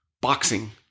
boxing